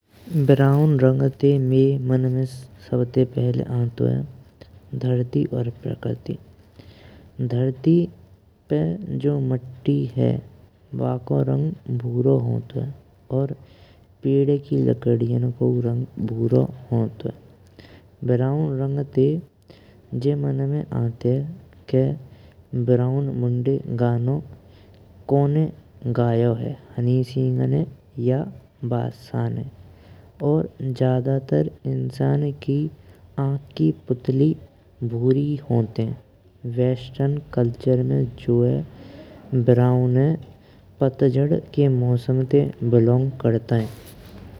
ब्राउन रंग ते माईये मन में सबसे पहिले आन्तुये धरती और प्रकृति। धरती पे जो मिट्टी है बाको रंग भूरो हौंतुये और पइद की लकडियाँ कौ रंग भूरो हौंतुये। ब्राउन रंग ते जे मन में आनतेये के ब्राउन मुंडे गन्नों कोने गयो है हनी सिंह ने या बादशाह ने और ज्यादातर इंसान की आँख की पुतली भूरी होती। वेस्टर्न कल्चर में ब्राउन जो है पच्छड़ के मौसम ते बिलोन्ग करते हैं।